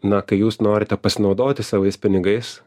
na kai jūs norite pasinaudoti savais pinigais